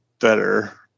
better